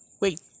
Wait